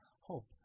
hope